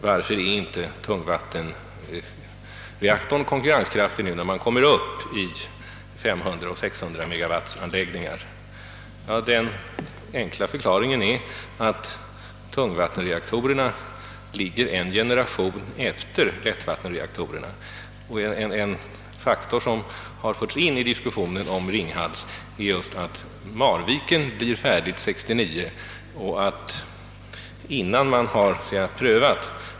Varför är inte tungvattenreaktorn konkurrenskraftig nu när man kommer upp i anläggningar på 5300 och 600 megawatt? Ja, den enkla förklaringen är att tungvattenreaktorerna ligger en generation efter lättvattenreaktorerna. En faktor som förts in i diskussionen om Ringhalls är just att Marviken blir färdigt 1969.